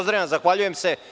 Zahvaljujem se.